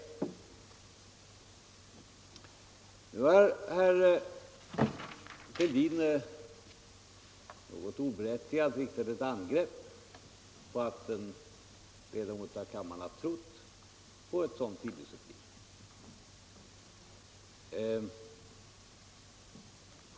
Nu har herr Fälldin något oberättigat riktat ett angrepp mot att en ledamot av kammaren har trott på en sådan tidningsuppgift.